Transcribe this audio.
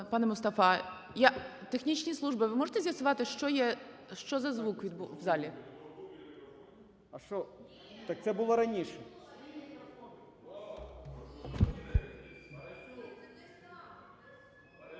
пане Мустафа. Технічні служби, ви можете з'ясувати, що за звук в залі? НАЙЄМ М. Так це було і раніше.